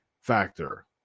factor